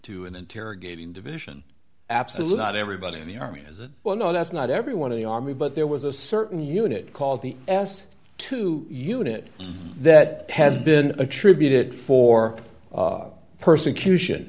to an interrogating division absolutely not everybody in the army has it well no that's not everyone in the army but there was a certain unit called the s two unit that has been attributed for persecution